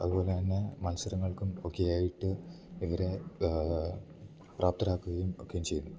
അത്പോലെ തന്നെ മത്സരങ്ങൾക്കും ഒക്കെയായിട്ട് വേറേ പ്രാപ്തരാക്ക്കയും ഒക്കെയും ചെയ്യ്ന്നു